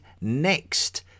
next